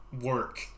work